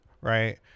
right